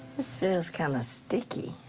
this feels kinda sticky.